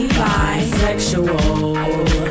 bisexual